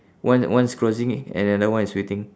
one one is crossing and another one is waiting